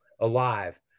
alive